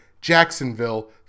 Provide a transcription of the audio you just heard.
Jacksonville